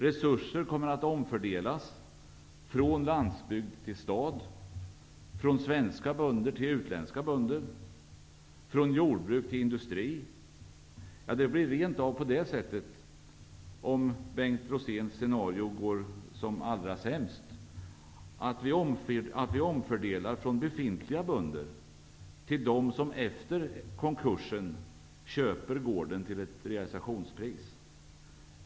Resurser kommer att omfördelas från landsbygd till stad, från svenska bönder till utländska bönder och från jordburk till industri. Det blir rent av på det sättet, om Bengt Roséns scenario blir som allra sämst, att vi omfördelar från befintliga bönder till dem som efter konkurser köper gårdar till ett realisationspris.